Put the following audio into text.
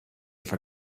for